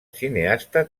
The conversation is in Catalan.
cineasta